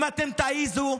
אם אתם תעזו,